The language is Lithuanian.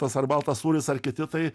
tas ar baltas sūris ar kiti tai